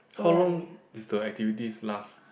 how long is the activities last